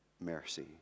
mercy